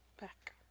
Back